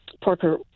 parker